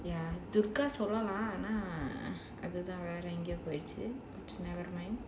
ya thurgaa சொல்லலாம் ஆனா அது தான் வேற எங்கயோ போய்டுச்சு:sollalaam aanaa adhu thaan vera engayo poyiduchu